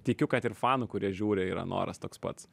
tikiu kad ir fanų kurie žiūri yra noras toks pats